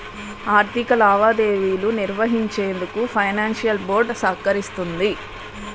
ఆర్థిక లావాదేవీలు నిర్వహించేందుకు ఫైనాన్షియల్ బోర్డ్ సహకరిస్తుంది